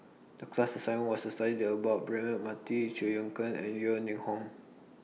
The class assignment was to study The about Braema Mathi Chew Choo Keng and Yeo Ning Hong